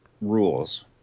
rules